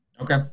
Okay